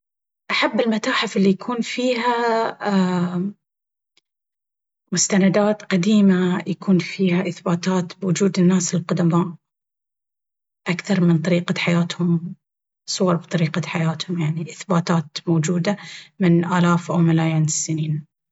أحب المتاحف اللي يكون فيها مستندات قديمة يكون فيها اثباتات بوجود الناس القدماء أكثر من طريقة حياتهم... صور بطريقة حياتهم... إثباتات موجودة من آلاف او ملايين السنين.